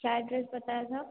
क्या एड्रेस बताया था